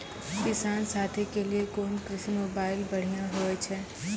किसान साथी के लिए कोन कृषि मोबाइल बढ़िया होय छै?